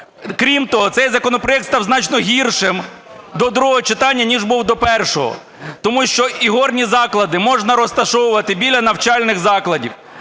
Крім того, цей законопроект став значно гіршим до другого читання, ніж був до першого. Тому що ігорні заклади можна розташовувати біля навчальних закладів,